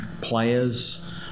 players